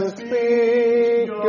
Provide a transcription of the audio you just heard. speak